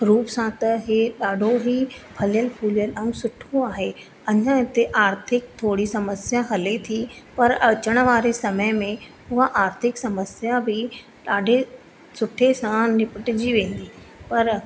रुप सां त हे ॾाढो ई हलियल फुलियल ऐं सुठो आहे अञा हिते आर्थिक थोरी समस्या हले थी पर अचण वारे समय में उहा आर्थिक समस्या बि ॾाढे सुठे सां निपट जी वेंदी पर